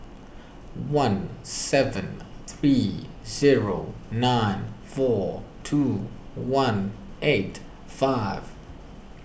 one seven three zero nine four two one eight five